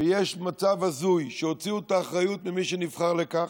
ויש מצב הזוי שהוציאו את האחריות ממי שנבחר לכך,